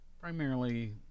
primarily